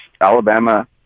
Alabama